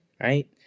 Right